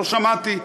לא שמעתי.